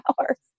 hours